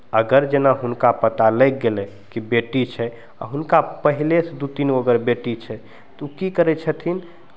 अगर जेना हुनका पता लागि गेलय कि बेटी छै आओर हुनका पहिलेसँ अगर दू तीन गो बेटी छै तऽ उ की करय छथिन